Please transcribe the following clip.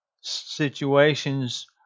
situations